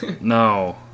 No